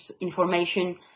information